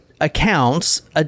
accounts